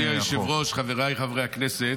אדוני היושב-ראש, חבריי חברי הכנסת,